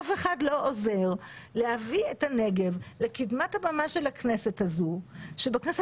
אי אפשר לדון בעניין הסדרת ההתיישבות בנגב בוועדת החוץ והביטחון,